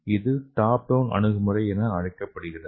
இது top down அணுகுமுறை என்று அழைக்கப்படுகிறது